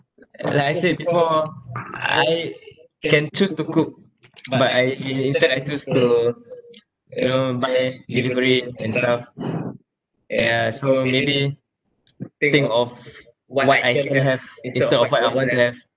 like I said before I can choose to cook but I instead I choose to you know buy delivery and stuff yeah so maybe think of what item can have instead of what I want to have